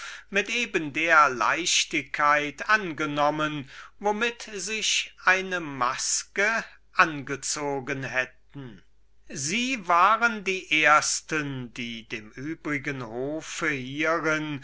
mit eben der leichtigkeit angenommen womit sie eine maskeraden kleidung angezogen hätten sie waren die ersten die dem übrigen hofe hierin